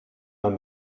man